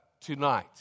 tonight